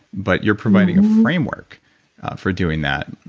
but you're providing a framework for doing that,